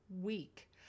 week